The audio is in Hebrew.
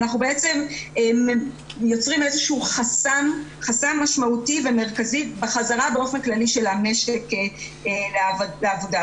אנחנו בעצם יוצרים חסם משמעותי ומרכזי בחזרה של המשק לעבודה.